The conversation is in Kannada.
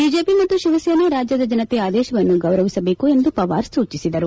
ಬಿಜೆಪಿ ಮತ್ತು ಶಿವಸೇನೆ ರಾಜ್ಯದ ಜನತೆಯ ಆದೇಶವನ್ನು ಗೌರವಿಸಬೇಕು ಎಂದು ಪವಾರ್ ಸೂಚಿಸಿದರು